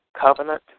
covenant